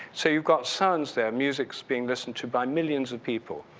so you've got sounds there, music is being listened to by millions of people.